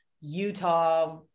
Utah